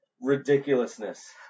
ridiculousness